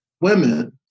women